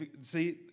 see